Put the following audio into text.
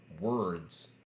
words